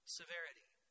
severity